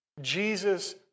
Jesus